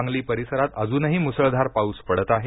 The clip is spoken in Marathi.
सांगली परिसरात अजूनही मुसळधार पाऊस पडत आहे